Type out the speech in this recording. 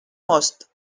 most